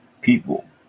people